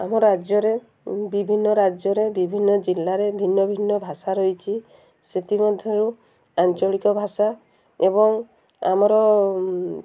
ଆମ ରାଜ୍ୟରେ ବିଭିନ୍ନ ରାଜ୍ୟରେ ବିଭିନ୍ନ ଜିଲ୍ଲାରେ ଭିନ୍ନ ଭିନ୍ନ ଭାଷା ରହିଚି ସେଥିମଧ୍ୟରୁ ଆଞ୍ଚଳିକ ଭାଷା ଏବଂ ଆମର